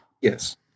Yes